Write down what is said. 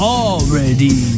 already